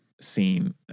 scene